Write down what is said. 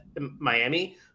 Miami